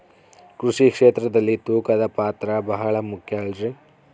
ಕೃಷಿ ಕ್ಷೇತ್ರದಲ್ಲಿ ತೂಕದ ಪಾತ್ರ ಬಹಳ ಮುಖ್ಯ ಅಲ್ರಿ?